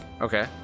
Okay